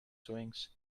wings